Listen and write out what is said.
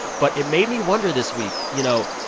but it made me wonder this week you know,